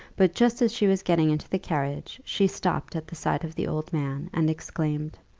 but just as she was getting into the carriage she stopped at the sight of the old man, and exclaimed,